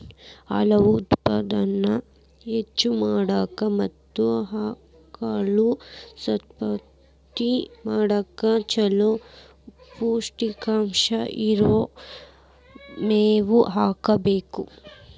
ಹಾಲು ಉತ್ಪಾದನೆ ಹೆಚ್ಚ್ ಮಾಡಾಕ ಮತ್ತ ಆಕಳ ಸಂತಾನೋತ್ಪತ್ತಿ ಮಾಡಕ್ ಚೊಲೋ ಪೌಷ್ಟಿಕಾಂಶ ಇರೋ ಮೇವು ಹಾಕಬೇಕು